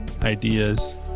ideas